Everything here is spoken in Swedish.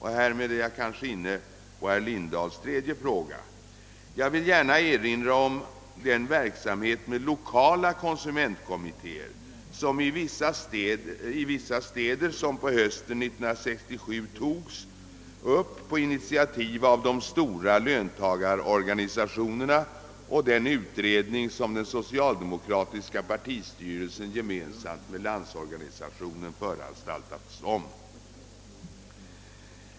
Härmed är jag kanske inne på herr Lindahls tredje fråga. Jag vill erinra om den verksamhet med lokala konsumentkommittéer i vissa städer som på hösten 1967 togs upp på initiativ av de stora löntagarorganisationerna och den utredning som den socialdemokratiska partistyrelsen gemensamt med Landsorganisationen föranstaltat om.